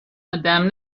آدم